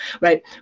right